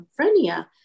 schizophrenia